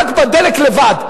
רק בדלק לבד,